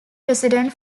president